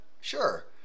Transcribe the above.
Sure